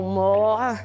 more